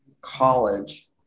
college